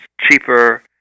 cheaper